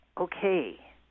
okay